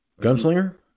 Gunslinger